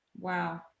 Wow